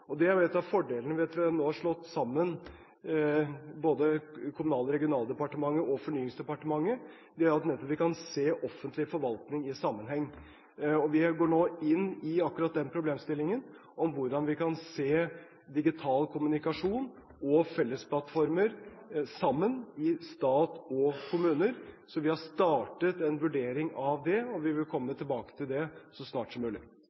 av fordelene ved at vi nå har slått sammen Kommunal- og regionaldepartementet og Fornyingsdepartementet er at vi nettopp kan se offentlig forvaltning i sammenheng. Vi går nå inn i akkurat den problemstillingen, hvordan vi kan se digital kommunikasjon og felles plattformer sammen i stat og kommuner. Vi har startet en vurdering av det, og vi vil komme tilbake til det så snart som mulig.